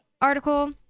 article